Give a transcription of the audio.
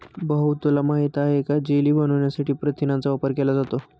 भाऊ तुला माहित आहे का जेली बनवण्यासाठी प्रथिनांचा वापर केला जातो